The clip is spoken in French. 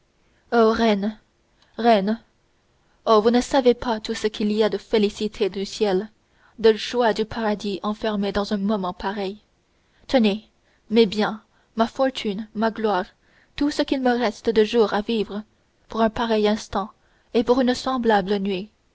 reine reine oh vous ne savez pas tout ce qu'il y a de félicités du ciel de joies du paradis enfermées dans un moment pareil tenez mes biens ma fortune ma gloire tout ce qu'il me reste de jours à vivre pour un pareil instant et pour une semblable nuit